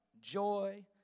joy